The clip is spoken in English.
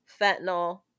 fentanyl